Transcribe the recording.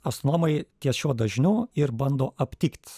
astronomai ties šiuo dažniu ir bando aptikt